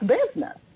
business